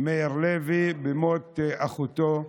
מאיר הלוי במות אחותו,